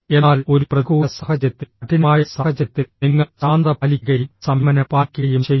എന്നാൽ ഒരു പ്രതികൂല സാഹചര്യത്തിൽ കഠിനമായ സാഹചര്യത്തിൽ നിങ്ങൾ ശാന്തത പാലിക്കുകയും സംയമനം പാലിക്കുകയും ചെയ്യുമോ